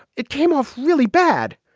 it came off really bad.